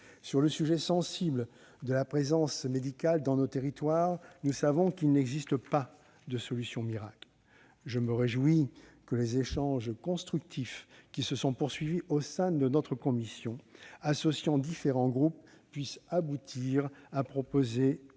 Sur le sujet sensible de la présence médicale dans nos territoires, nous savons qu'il n'existe pas de solution miracle. Je me réjouis que les échanges constructifs qui se sont poursuivis au sein de notre commission, associant différents groupes, puissent aboutir à proposer,